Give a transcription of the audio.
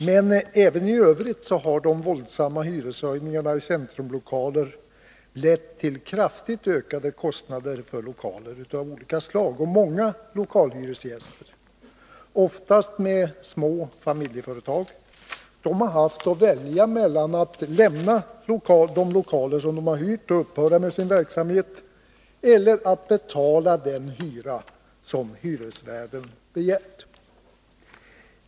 Men även i Övrigt har de våldsamma hyreshöjningarna för centrala lokaler lett till kraftigt ökade kostnader för lokaler av olika slag. Många lokalhyresgäster, oftast med små familjeföretag, har haft att välja mellan att lämna de lokaler som de hyrt och upphöra med sin verksamhet eller att betala den hyra som hyresvärden begärt.